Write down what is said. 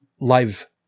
live